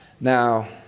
Now